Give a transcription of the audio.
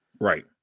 right